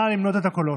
נא למנות את הקולות.